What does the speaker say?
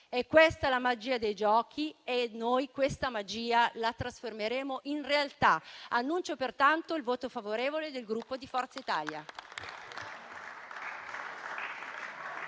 È questa la magia dei Giochi e noi questa magia la trasformeremo in realtà. Annuncio pertanto il voto favorevole del Gruppo Forza Italia.